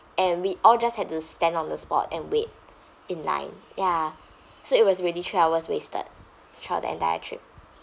and we all just had to stand on the spot and wait in line ya so it was really three hours wasted throughout the entire trip